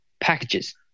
packages